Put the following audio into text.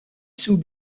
sous